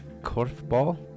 Korfball